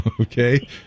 Okay